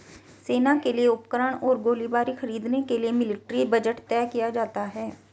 सेना के लिए उपकरण और गोलीबारी खरीदने के लिए मिलिट्री बजट तय किया जाता है